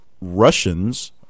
Russians